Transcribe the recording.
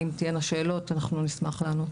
אם תהיינה שאלות, אנחנו נשמח לענות.